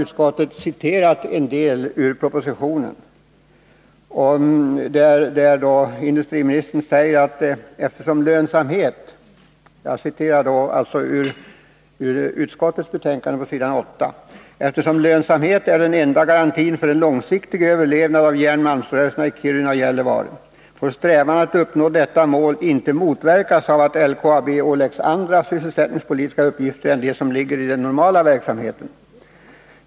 Utskottet har här citerat en del ur propositionen, där industriministern säger: ”Eftersom lönsamhet är den enda garantin för en långsiktig överlevnad av järnmalmsrörelserna i Kiruna och Gällivare får strävan att uppnå detta mål inte motverkas av att LKAB åläggs andra sysselsättningspolitiska uppgifter än de som ligger i den normala verksamheten.